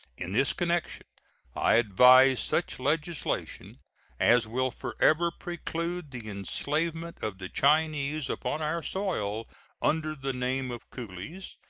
in this connection i advise such legislation as will forever preclude the enslavement of the chinese upon our soil under the name of coolies,